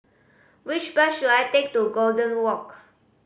which bus should I take to Golden Walk